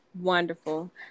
Wonderful